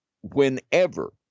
whenever